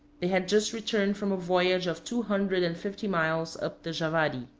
they had just returned from a voyage of two hundred and fifty miles up the javari.